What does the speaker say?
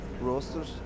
rosters